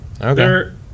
Okay